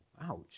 Ouch